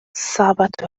صعبة